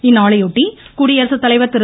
இந்நாளையொட்டி குடியரசுத்தலைவர் திரு